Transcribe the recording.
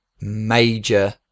major